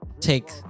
take